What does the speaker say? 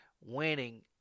winning